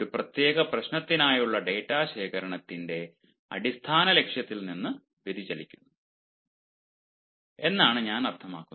ഒരു പ്രത്യേക പ്രശ്നത്തിനായുള്ള ഡാറ്റ ശേഖരണത്തിന്റെ അടിസ്ഥാന ലക്ഷ്യത്തിൽ നിന്ന് വ്യതിചലിക്കുന്നു എന്നാണ് ഞാൻ അർത്ഥമാക്കുന്നത്